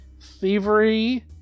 Thievery